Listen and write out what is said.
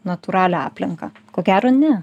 natūralią aplinką ko gero ne